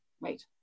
right